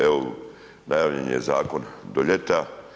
Evo, najavljen je zakon do ljeta.